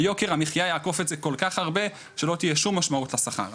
יוקר המחיה יעקוף את זה כל כך הרבה שאין שום משמעות לשכר הזה.